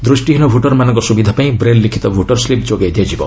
ଦୃଷ୍ଟିହୀନ ଭୋଟରମାନଙ୍କ ସୁବିଧା ପାଇଁ ବ୍ରେଲ୍ ଲିଖିତ ଭୋଟର ସ୍କିପ୍ ଯୋଗାଇ ଦିଆଯିବ